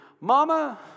Mama